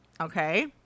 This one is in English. Okay